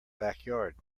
backyard